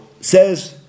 says